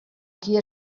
qui